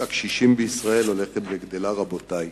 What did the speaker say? הקשישים בישראל הולכת וגדלה, רבותי.